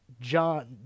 John